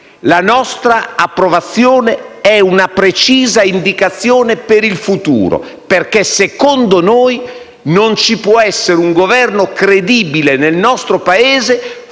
la nostra approvazione è una precisa indicazione per il futuro, perché secondo noi non ci può essere un Governo credibile nel nostro Paese